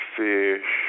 fish